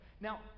Now